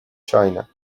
china